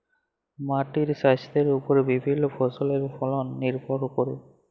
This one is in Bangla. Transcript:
মাটির স্বাইস্থ্যের উপর বিভিল্য ফসলের ফলল লির্ভর ক্যরে